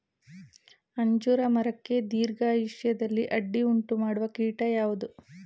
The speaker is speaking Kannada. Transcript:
ಅಂಜೂರ ಮರಕ್ಕೆ ದೀರ್ಘಾಯುಷ್ಯದಲ್ಲಿ ಅಡ್ಡಿ ಉಂಟು ಮಾಡುವ ಕೀಟ ಯಾವುದು?